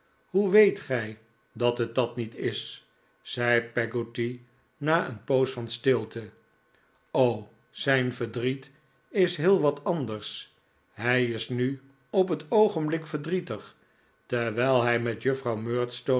hoe weet gij dat het dat niet is zei peggotty na een poos van stilte zijn verdriet is heel wat anders hij is nu op het oogenblik verdrietig terwijl hij met juffrouw